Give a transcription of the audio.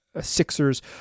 Sixers